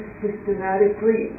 systematically